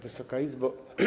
Wysoka Izbo!